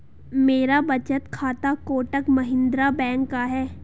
मेरा बचत खाता कोटक महिंद्रा बैंक का है